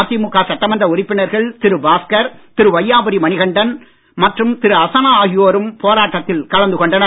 அதிமுக சட்டமன்ற உறுப்பினர்கள் திரு பாஸ்கர் திரு வையாபுரி மணிகண்டன் மற்றும் திரு அசனா ஆகியோரும் போராட்டத்தில் கலந்து கொண்டனர்